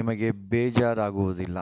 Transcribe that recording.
ನಿಮಗೆ ಬೇಜಾರು ಆಗುವುದಿಲ್ಲ